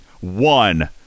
One